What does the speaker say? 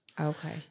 Okay